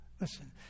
Listen